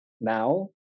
now